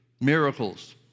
miracles